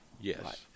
Yes